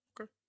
Okay